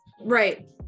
right